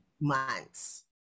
months